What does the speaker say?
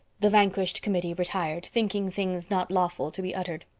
the vanquished committee retired, thinking things not lawful to be uttered.